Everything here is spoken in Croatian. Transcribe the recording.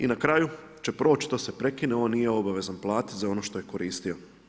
I na kraju će proći, to se prekine, on nije obavezan platiti za ono što je koristio.